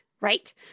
right